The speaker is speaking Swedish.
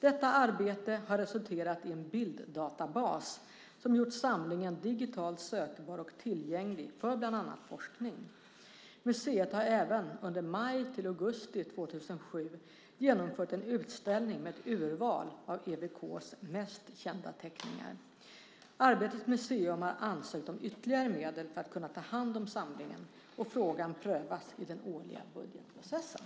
Detta arbete har resulterat i en bilddatabas som gjort samlingen digitalt sökbar och tillgänglig för bland annat forskning. Museet har även under maj-augusti 2007 genomfört en utställning med ett urval av EWK:s mest kända teckningar. Arbetets museum har ansökt om ytterligare medel för att kunna ta hand om samlingen. Frågan prövas i den årliga budgetprocessen.